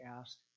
asked